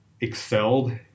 excelled